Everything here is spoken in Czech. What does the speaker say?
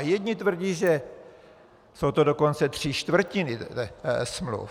Jedni tvrdí, že jsou to dokonce tři čtvrtiny smluv.